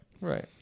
right